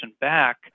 back